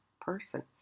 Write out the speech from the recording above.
person